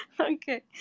Okay